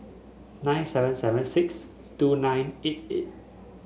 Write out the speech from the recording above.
nine seven seven six two nine eight eight